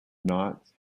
knots